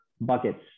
buckets